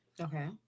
Okay